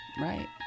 Right